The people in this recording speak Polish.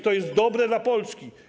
To jest dobre dla Polski.